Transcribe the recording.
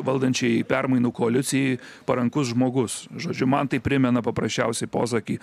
valdančiajai permainų koalicijai parankus žmogus žodžiu man tai primena paprasčiausiai posakį